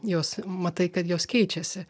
jos matai kad jos keičiasi